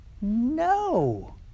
No